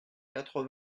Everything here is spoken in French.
quatre